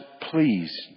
please